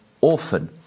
orphan